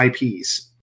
IPs